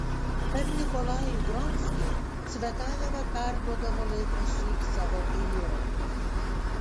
per nikolajų gronskį cvetajeva perduodavo laikraščiui savo eilėraščius